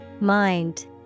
Mind